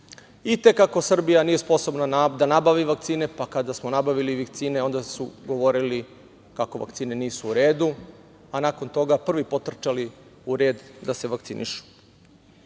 i kako Srbija nije sposobna da nabavi vakcine. Kada smo nabavili vakcine, onda su govorili kako vakcine nisu u redu, a nakon toga prvi potrčali u red da se vakcinišu. Želeo